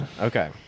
Okay